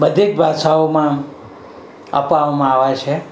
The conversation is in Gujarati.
બધી જ ભાષાઓમાં અપાવવામાં આવે છે